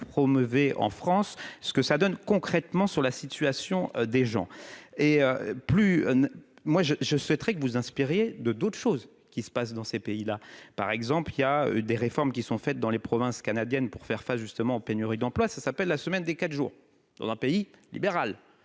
promeuvent en France ce que ça donne concrètement sur la situation des gens et plus moi je, je souhaiterais que vous inspirer de d'autres choses qui se passent dans ces pays-là, par exemple, il y a des réformes qui sont faites dans les provinces canadiennes pour faire face justement en pénurie d'emplois, ça s'appelle la semaine des 4 jours dans un pays libéral,